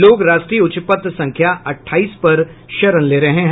लोग राष्ट्रीय उच्च पथ संख्या अट्ठाईस पर शरण ले रहे हैं